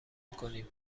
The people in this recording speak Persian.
کنیم